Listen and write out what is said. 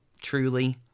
truly